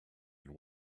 and